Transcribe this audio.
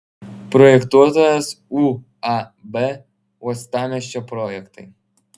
projektuotojas uab uostamiesčio projektai